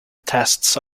tests